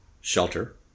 shelter